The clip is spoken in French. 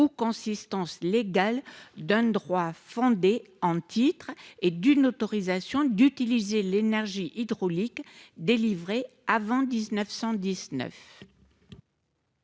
au consistance légale donne droit fondé en titre et d'une autorisation d'utiliser l'énergie hydraulique, délivré avant 1919.